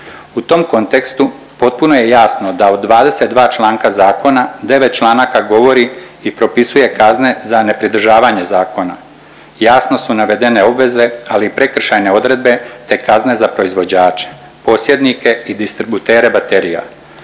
U tom kontekstu potpuno je jasno da od 22 članka zakona, 9 članaka govori i propisuje kazne za nepridržavanje zakona. Jasno su navedene obveze, ali i prekršajne odredbe, te kazne za proizvođače, posjednike i distributere baterija.